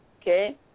okay